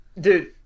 Dude